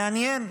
מעניין.